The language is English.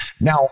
Now